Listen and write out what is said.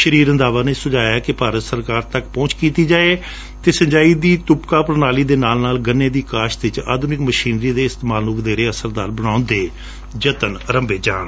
ਸ੍ਸੀ ਰੰਧਾਵਾ ਨੇ ਸੁਝਾਇਆ ਕਿ ਭਾਰਤ ਸਰਕਾਰ ਤੱਕ ਵੀ ਪਹੁੰਚ ਕੀਤੀ ਜਾਵੇ ਅਤੇ ਸਿੰਚਾਈ ਦੀ ਤੁਬਕਾ ਪੁਣਾਲੀ ਦੇ ਨਾਲ ਨਾਲ ਗੰਨੇ ਦੀ ਕਾਸ਼ਤ ਵਿਚ ਆਧਨਿਕ ਮਸ਼ੀਨਰੀ ਦੇ ਇਸਤੇਮਾਲ ਨੰ ਵਧੇਰੇ ਅਸਰਦਾਰ ਬਣਾਉਣ ਦੇ ਜਤਨ ਕੀਤੇ ਜਾਣ